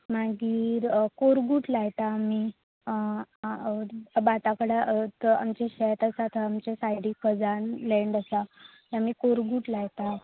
मागीर कोरगूट लायता आमी जें शेत आसा आमचें सायडीक खजान लँड आसा थंय आमी कोरगूट लायतात